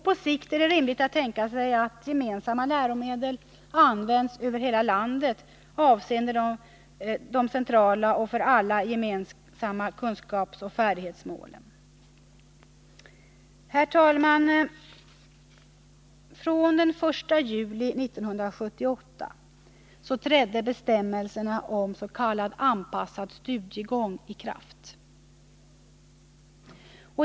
På sikt är det rimligt att tänka sig att gemensamma läromedel används över hela landet avseende de centrala och för alla gemensamma kunskapsoch färdighetsmålen. Herr talman! fr.o.m. den 1 juli 1978 trädde bestämmelser om s.k. anpassad studiegång i kraft.